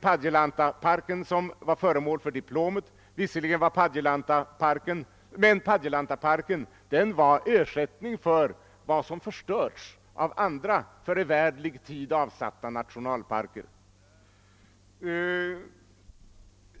Padjelantaparken som var föremål för diplomet, men den är en ersättning för vad som förstörts i andra, för evärdelig tid avsatta nationalparker.